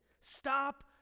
Stop